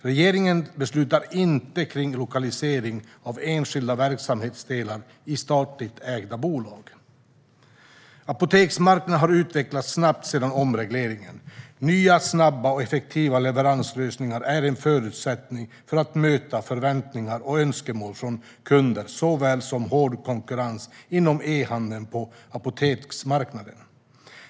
Regeringen beslutar inte om lokalisering av enskilda verksamhetsdelar i statligt ägda bolag. Apoteksmarknaden har utvecklats snabbt sedan omregleringen. Nya, snabba och effektiva leveranslösningar är en förutsättning för att möta såväl förväntningar och önskemål från kunder som hård konkurrens inom e-handeln på apoteksmarknaden.